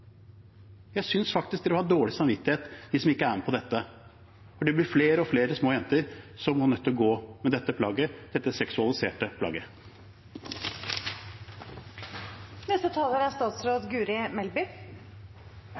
Jeg synes faktisk man bør ha dårlig samvittighet hvis man ikke er med på dette, for det blir flere og flere små jenter som er nødt til å gå med dette seksualiserte plagget. I debatter som dette